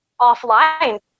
offline